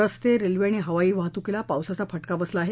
रस्ते रल्वे आणि हवाई वाहतूकीला पावसाचा फटका बसला आहे